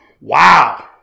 Wow